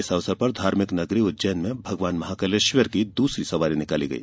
इस अवसर पर धार्मिक नगरी उज्जैन में भगवान महाकालेश्वर की दूसरी सवारी निकाली गई